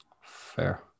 Fair